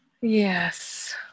Yes